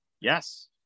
Yes